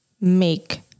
make